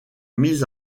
mise